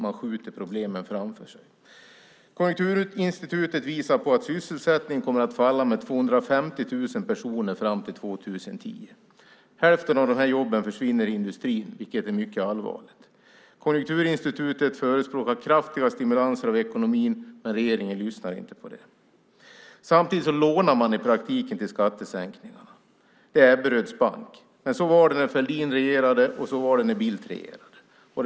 Man skjuter problemen framför sig. Konjunkturinstitutet visar på att sysselsättningen kommer att falla med 250 000 personer fram till 2010. Hälften av de här jobben försvinner i industrin, vilket är mycket allvarligt. Konjunkturinstitutet förespråkar kraftiga stimulanser av ekonomin, men regeringen lyssnar inte på det. Samtidigt lånar man i praktiken till skattesänkningar. Det är Ebberöds bank. Så var det när Fälldin regerade och så var det när Bildt regerade.